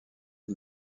est